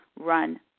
run